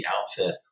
outfit